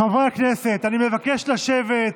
חברי הכנסת, אני מבקש לשבת.